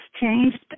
changed